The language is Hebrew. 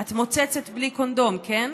"את מוצצת בלי קונדום, כן?"